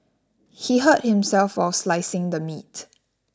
he hurt himself while slicing the meat